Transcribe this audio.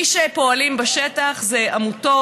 מי שפועלים בשטח אלה עמותות,